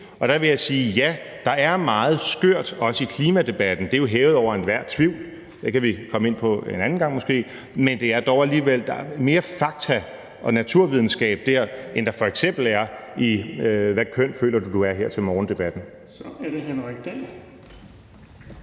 Så der vil jeg sige, at ja, der er meget skørt også i klimadebatten – det er jo hævet over enhver tvivl, og det kan vi måske komme ind på en anden gang – men der er dog alligevel mere fakta og naturvidenskab der, end der f.eks. er i »hvad køn føler du du er her til morgen-debatten«. Kl. 13:21 Den fg.